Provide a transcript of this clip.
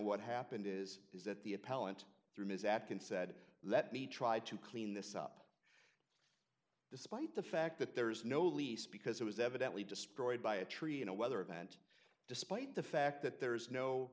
what happened is is that the appellant through his act and said let me try to clean this up despite the fact that there is no lease because it was evidently destroyed by a tree in a weather event despite the fact that there is no